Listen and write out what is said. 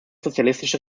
sozialistische